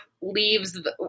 leaves